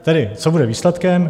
Tedy co bude výsledkem?